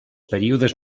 períodes